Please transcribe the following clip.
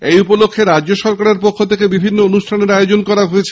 এই উপলক্ষ্যে রাজ্য সরকারের পক্ষ থেকে বিভিন্ন অনুষ্ঠানের আয়োজন করা হয়েছে